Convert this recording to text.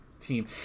team